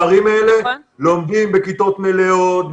בערים האלה לומדים בכיתות מלאות,